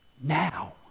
now